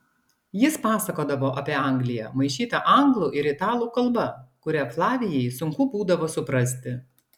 jis pasakodavo apie angliją maišyta anglų ir italų kalba kurią flavijai sunku būdavo suprasti